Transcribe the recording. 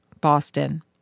Boston